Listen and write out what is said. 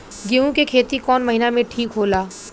गेहूं के खेती कौन महीना में ठीक होला?